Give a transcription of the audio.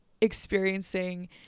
experiencing